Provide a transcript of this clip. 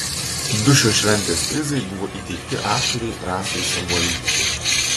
du šios šventės prizai buvo įteikti aktorei rasai samuolytei